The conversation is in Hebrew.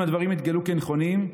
אם הדברים יתגלו כנכונים,